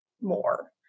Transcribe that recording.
more